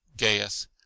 gaius